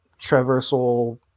traversal